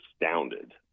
astounded